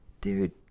dude